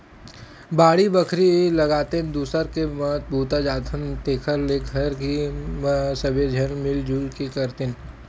बाड़ी बखरी लगातेन, दूसर के म बूता जाथन तेखर ले घर के म सबे झन मिल जुल के करतेन